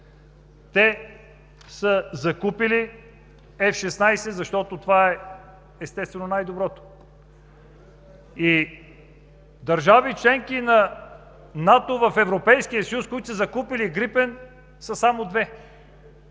са закупили F-16, защото, естествено, това е най-доброто. И държави – членки на НАТО в Европейския съюз, които са закупили „Грипен“, са само две.